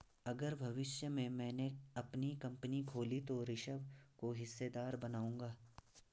अगर भविष्य में मैने अपनी कंपनी खोली तो ऋषभ को हिस्सेदार बनाऊंगा